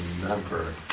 remember